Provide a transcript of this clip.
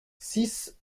six